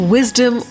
Wisdom